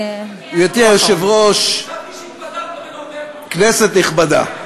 חשבתי שהתפטרת ולא, גברתי היושבת-ראש, כנסת נכבדה,